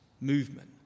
movement